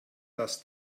das